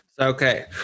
Okay